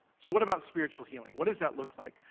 so what about spiritual healing? what does that look like?